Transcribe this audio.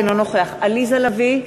אינו נוכח עליזה לביא,